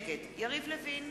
נגד יריב לוין,